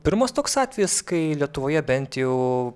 pirmas toks atvejis kai lietuvoje bent jau